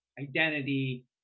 identity